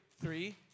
three